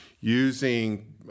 using